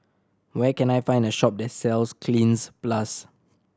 where can I find a shop that sells Cleanz Plus